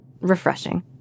refreshing